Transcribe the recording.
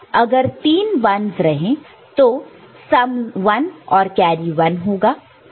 अगर तीन 1's रहे तो सम 1 और कैरी 1 होगा